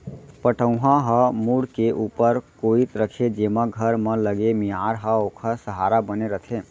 पटउहां ह मुंड़ के ऊपर कोइत रथे जेमा घर म लगे मियार ह ओखर सहारा बने रथे